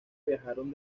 viajaron